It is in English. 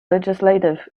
legislative